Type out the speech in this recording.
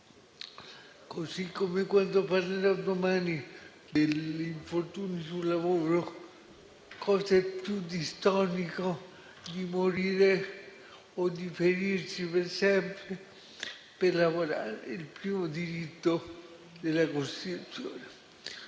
Così come quando domani parleremo di infortuni sul lavoro, cosa è più distonico di morire o di ferirsi per sempre per lavorare, il primo diritto della Costituzione.